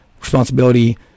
responsibility